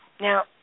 Now